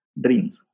dreams